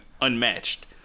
unmatched